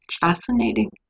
fascinating